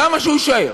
למה שהוא יישאר?